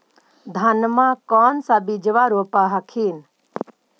धनमा कौन सा बिजबा रोप हखिन?